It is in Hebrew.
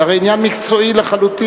זה הרי עניין מקצועי לחלוטין,